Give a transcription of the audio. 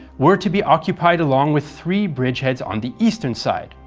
were to be occupied along with three bridgeheads on the eastern side,